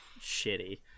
shitty